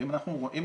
אם אנחנו רואים,